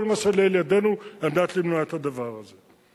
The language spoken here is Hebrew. כל שלאל ידנו על מנת למנוע את הדבר הזה.